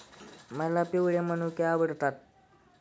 मला पिवळे मनुके आवडतात